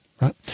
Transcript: right